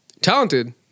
Talented